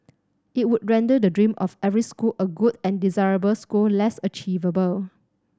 it would render the dream of every school a good and desirable school less achievable